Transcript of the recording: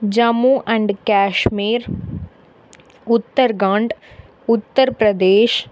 Jammu and Kashmir Uttarakhand Uttar Pradesh